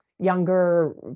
younger